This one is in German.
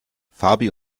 fabi